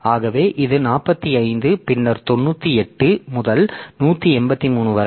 ஆகவே இது 45 பின்னர் 98 முதல் 183 வரை